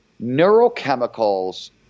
neurochemicals